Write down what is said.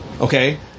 Okay